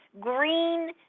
green